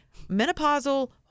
menopausal